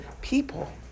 people